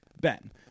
Ben